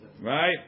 Right